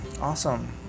Awesome